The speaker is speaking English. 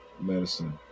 medicine